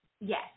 Yes